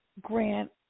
grant